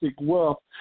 wealth